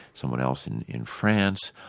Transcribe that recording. someone else in in france.